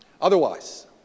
Otherwise